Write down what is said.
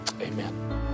amen